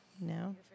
No